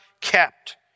kept